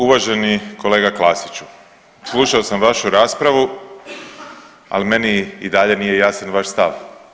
Uvaženi kolega Klasiću, slušao sam vašu raspravu, al meni i dalje nije jasan vaš stav.